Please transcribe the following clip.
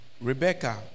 Rebecca